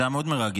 זה היה מאוד מרגש.